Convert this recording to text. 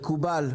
מקובל.